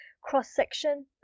cross-section